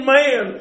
man